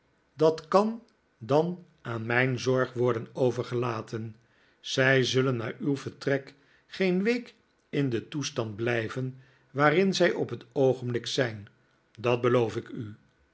dat kan dan aan mijn zorg worden overgelaten zij zullen na uw vertrek geen week in den toestand blijven waarin zij op t oogenblik zijn dat beloof ik u